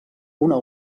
una